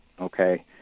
okay